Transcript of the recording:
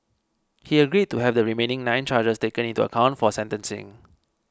he agreed to have the remaining nine charges taken into account for sentencing